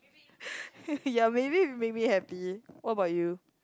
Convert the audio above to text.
ya maybe it'll make me happy what about you